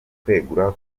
kwegura